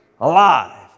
alive